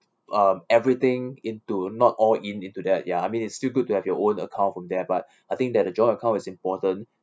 um everything into not all in into that ya I mean it still good to have your own account from there but I think that a join account is important